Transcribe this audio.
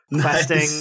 questing